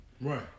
Right